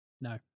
No